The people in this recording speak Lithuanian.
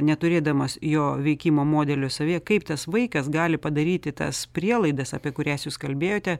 neturėdamas jo veikimo modelio savyje kaip tas vaikas gali padaryti tas prielaidas apie kurias jūs kalbėjote